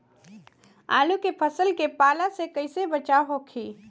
आलू के फसल के पाला से कइसे बचाव होखि?